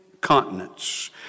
Continents